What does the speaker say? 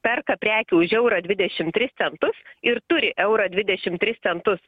perka prekių už eurą dvidešim tris centus ir turi eurą dvidešim tris centus